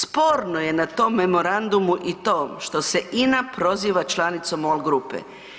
Sporno je na tom memorandumu i to što se INA proziva članicom MOL grupe.